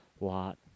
lot